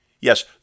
Yes